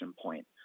point